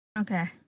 Okay